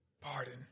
Pardon